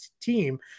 team